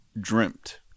Dreamt